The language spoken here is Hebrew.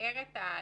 לתאר את הסיטואציה.